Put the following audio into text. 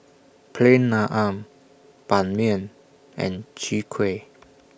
Plain Naan Ban Mian and Chwee Kueh